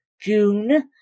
June